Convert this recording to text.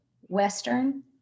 Western